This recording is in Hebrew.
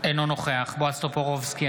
אינו נוכח בועז טופורובסקי,